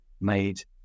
made